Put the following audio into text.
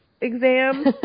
exam